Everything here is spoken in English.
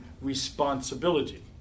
responsibility